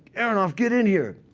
aronoff get in here.